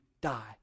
die